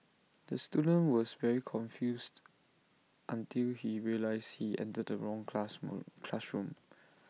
the student was very confused until he realised he entered the wrong classroom